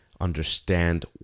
understand